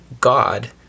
God